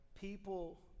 people